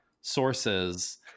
sources